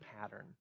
pattern